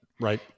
right